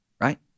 Right